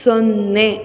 ಸೊನ್ನೆ